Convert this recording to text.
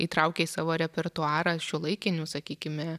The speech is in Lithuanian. įtraukę į savo repertuarą šiuolaikinių sakykime